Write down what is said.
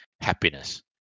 happiness